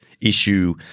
issue